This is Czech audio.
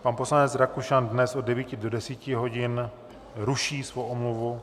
Pan poslanec Rakušan dnes od 9 do 10 hodin ruší svou omluvu.